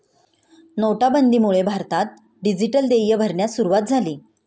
नोटाबंदीमुळे भारतात डिजिटल देय भरण्यास सुरूवात झाली